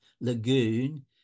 lagoon